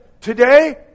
Today